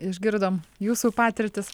išgirdom jūsų patirtis